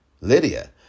Lydia